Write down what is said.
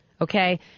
okay